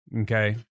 Okay